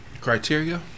Criteria